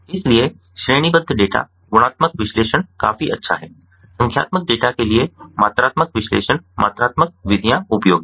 इसलिए श्रेणीबद्ध डेटा गुणात्मक विश्लेषण काफी अच्छा है संख्यात्मक डेटा के लिए मात्रात्मक विश्लेषण मात्रात्मक विधियाँ उपयोगी हैं